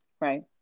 right